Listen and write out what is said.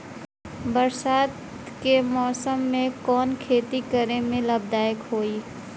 बरसात के मौसम में कवन खेती करे में लाभदायक होयी?